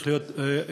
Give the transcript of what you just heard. צריך להיות פסימי,